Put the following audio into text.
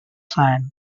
sand